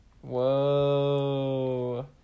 Whoa